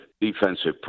defensive